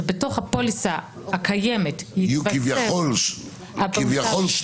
שבתוך הפוליסה הקיימת יתווסף --- יהיו כביכול שניים,